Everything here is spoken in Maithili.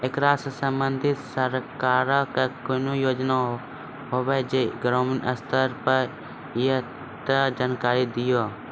ऐकरा सऽ संबंधित सरकारक कूनू योजना होवे जे ग्रामीण स्तर पर ये तऽ जानकारी दियो?